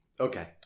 Okay